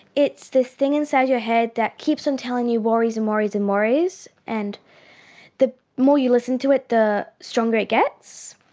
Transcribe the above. it's this thing inside your head that keeps on telling you worries and worries and worries. and the more you listen to it, the stronger it gets.